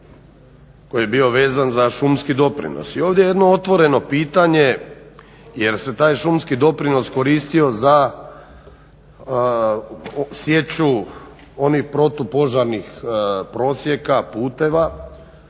koji je bio vezan za šumski doprinos. I ovdje je jedno otvoreno pitanje jer se taj šumski doprinos koristio za sječu onih protupožarnih prosjeka, puteva,